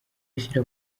ashyira